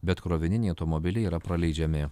bet krovininiai automobiliai yra praleidžiami